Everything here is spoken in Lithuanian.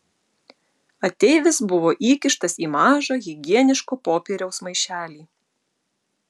ateivis buvo įkištas į mažą higieniško popieriaus maišelį